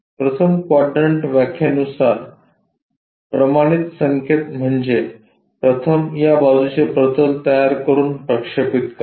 प्रथम क्वाड्रंट व्याख्येनुसार प्रमाणित संकेत म्हणजे प्रथम या बाजूचे प्रतल तयार करून प्रक्षेपित करा